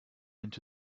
into